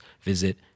visit